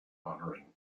honouring